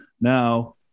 now